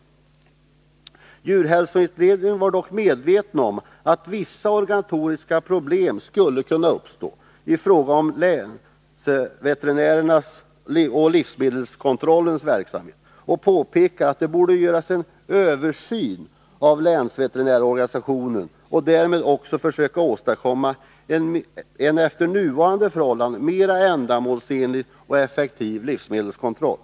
Djurhälsoutredningen var dock medveten om att vissa organisatoriska problem skulle kunna uppstå i fråga om livsmedelskontrollen och påpekade att man borde göra en översyn av länsveterinärsorganisationen och därmed försöka åstadkomma en efter nuvarande förhållanden mera ändamålsenlig och effektiv livsmedelskontroll.